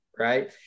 right